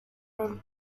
del